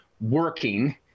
working